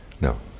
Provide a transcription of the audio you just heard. no